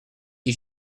qui